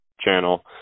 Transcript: channel